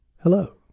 hello